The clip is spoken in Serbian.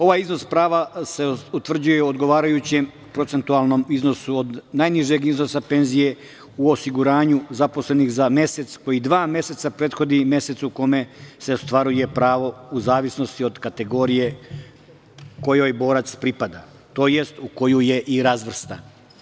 Ovaj iznos prava se utvrđuje odgovarajućem procentualnom iznosu od najnižeg iznosa penzije u osiguranju zaposlenih za mesec, koji dva meseca prethodi mesecu u kome se ostvaruje pravo u zavisnosti od kategorije kojoj borac pripada, u koju je i razvrstan.